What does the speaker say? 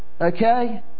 Okay